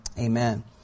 Amen